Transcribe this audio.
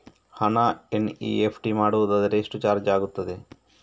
ಹಣ ಎನ್.ಇ.ಎಫ್.ಟಿ ಮಾಡುವುದಾದರೆ ಎಷ್ಟು ಚಾರ್ಜ್ ಆಗುತ್ತದೆ?